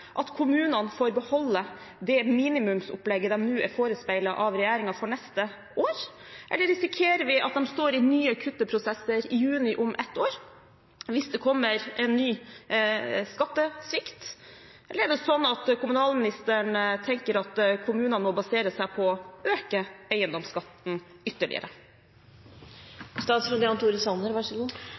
at kommunene får beholde det minimumsopplegget de nå er forespeilet av regjeringen for neste år? Eller risikerer vi at de står i nye kutteprosesser i juni om ett år, hvis det kommer en ny skattesvikt? Eller er det sånn at kommunalministeren tenker at kommunene må baserer seg på å øke eiendomsskatten